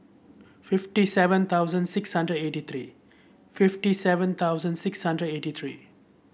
fifty seven thousand six hundred eighty three fifty seven thousand six hundred eighty three